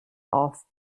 auf